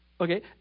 Okay